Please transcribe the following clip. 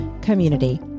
community